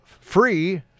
free